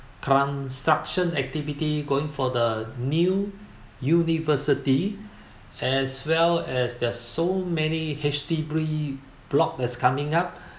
construction activity going for the new university as well as there're so many H_D_B block has coming up